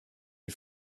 you